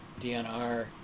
DNR